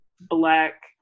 black